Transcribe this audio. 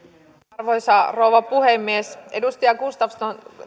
arvoisa rouva puhemies edustaja gustafsson